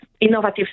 innovative